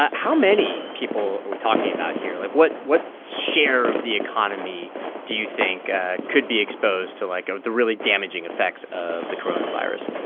ah how many people are we talking about here? like, what what share of the economy do you think ah could be exposed to, like, ah the really damaging effects of the coronavirus?